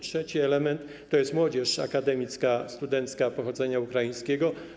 Trzeci element to jest młodzież akademicka, studencka pochodzenia ukraińskiego.